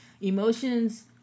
Emotions